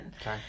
Okay